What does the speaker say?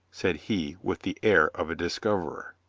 said he with the air of a discoverer.